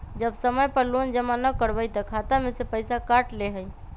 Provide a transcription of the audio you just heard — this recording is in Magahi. जब समय पर लोन जमा न करवई तब खाता में से पईसा काट लेहई?